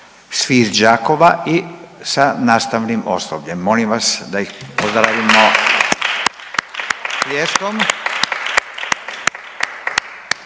svi iz Đakova i sa nastavnim osobljem, molim vas da ih pozdravimo pljeskom.